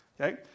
okay